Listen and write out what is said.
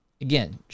again